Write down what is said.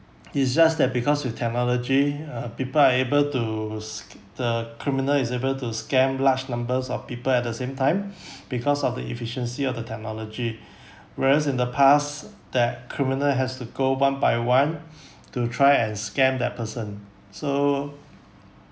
it's just that because with technology uh people are able to sc~ the criminal is able to scam large numbers of people at the same time because of the efficiency of the technology whereas in the past that criminal has to go one by one to try and scam that person so